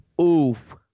Oof